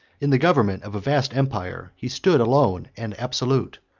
in the government of a vast empire, he stood alone and absolute,